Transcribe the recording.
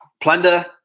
Plunder